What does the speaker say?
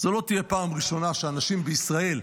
זו לא תהיה פעם ראשונה שאנשים בישראל,